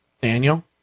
Daniel